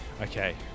Okay